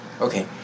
Okay